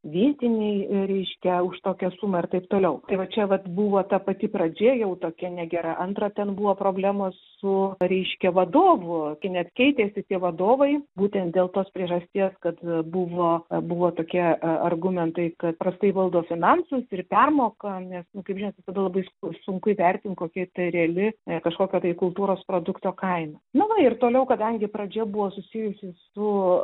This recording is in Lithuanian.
vietiniai reiškia už tokią sumą ir taip toliau ir va čia vat buvo ta pati pradžia jau tokia negera antra ten buvo problemos su reiškia vadovu ki net keitėsi tie vadovai būtent dėl tos priežasties kad buvo buvo tokie a argumentai kad prastai valdo finansus ir permokam nes nu kaip žinot visada labai sunku įvertint kokia ta reali kažkokio tai kultūros produkto kaina nu va ir toliau kadangi pradžia buvo susijusi su